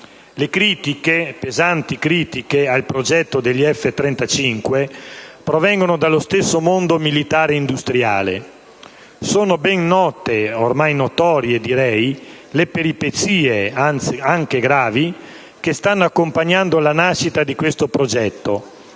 - pesanti critiche - al progetto degli F-35 provengono dallo stesso mondo militare-industriale. Sono ben note, direi ormai notorie, le peripezie (anche gravi) che stanno accompagnando la nascita di questo progetto,